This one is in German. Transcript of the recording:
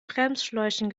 bremsschläuchen